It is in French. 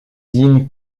dignes